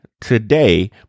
today